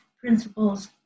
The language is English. principles